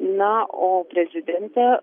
na o prezidentė